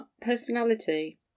Personality